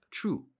true